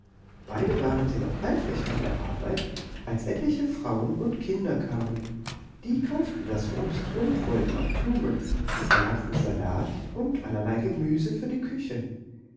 beide waren sie noch eifrig bei der arbeit als etliche frauen und kinder kamen die kauften das obst und wollten auch blumen sie verlangten salat und allerlei gemüse für die küche